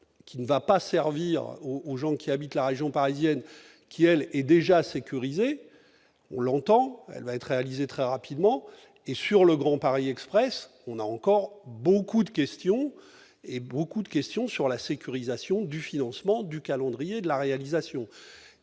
qui ne va pas servir aux gens qui habitent la région parisienne qui, elle, est déjà sécuriser, on l'entend, elle va être réalisé très rapidement et sur le Grand Paris Express, on a encore beaucoup de questions et beaucoup de questions sur la sécurisation du financement du calendrier de la réalisation